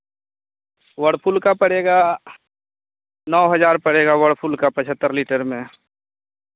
Whirlpool का पड़ेगा नौ हज़ार पड़ेगा वर्लपुल का पचहत्तर लीटर में